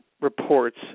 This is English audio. reports